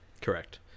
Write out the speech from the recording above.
Correct